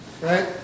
Right